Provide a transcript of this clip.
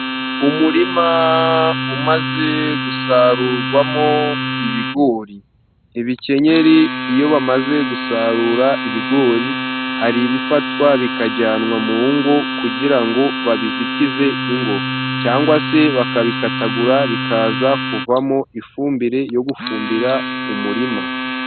Umurima umaze gusarurwamo ibigori. ibikenyeri iyo bamaze gusarura ibigori hari ibifatwa bikajyanwa mu murugo kugira ngo babizitize ingo cyangwa se bakabikatagura bikaza kuvamo ifumbire yo gufumbira umurima.